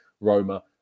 Roma